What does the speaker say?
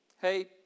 Hey